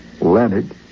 Leonard